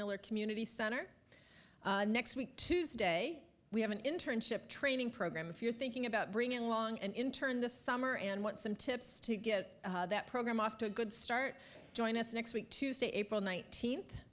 miller community center next week tuesday we have an internship training program if you're thinking about bringing along and in turn the summer and what some tips to get that program off to a good start join us next week tuesday april nineteenth